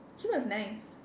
he was nice